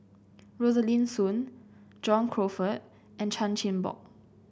Rosaline Soon John Crawfurd and Chan Chin Bock